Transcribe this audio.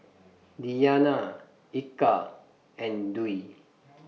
Diyana Eka and Dwi